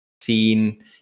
seen